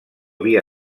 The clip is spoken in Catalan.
via